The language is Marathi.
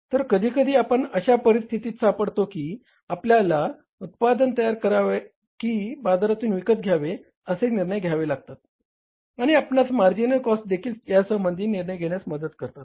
तर कधीकधी आपण अशा परिस्थितीत सापडतो की आपल्याला उत्पादन तयार करावे की बाजारातून विकत घ्यावे असे निर्णय घ्यावे लागतात आणि आपणास मार्जिनल कॉस्टदेखील यासंबंधी निर्णय घेण्यास मदत करतात